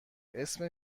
اسم